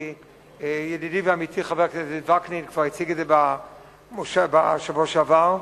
כי ידידי ועמיתי חבר הכנסת וקנין כבר הציג את זה בשבוע שעבר.